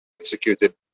executed